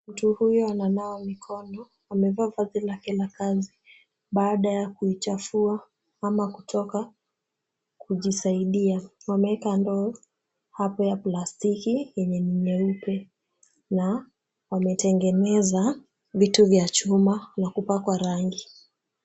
Mtu huyu ananawa mikono amevaa vazi lake la kazi baada ya kuichafua ama kutoka kujisaidia. Ameweka ndoo hapo ya plastiki yenye ni nyeupe na wametengeneza vitu vya chuma na kupakwa rangi.